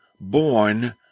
born